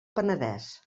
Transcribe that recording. penedès